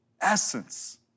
essence